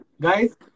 Guys